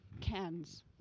cans